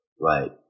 right